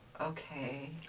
Okay